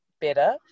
better